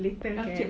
later can